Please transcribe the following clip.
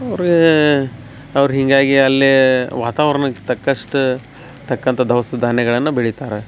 ಅವ್ರು ಅವ್ರ ಹೀಗಾಗಿ ಅಲ್ಲಿ ವಾತಾವರ್ಣಕ್ಕೆ ತಕ್ಕಷ್ಟ ತಕ್ಕಂಥಾ ದವಸ ಧಾನ್ಯಗಳನ್ನ ಬೆಳಿತಾರೆ